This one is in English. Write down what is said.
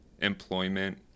employment